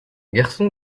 garçon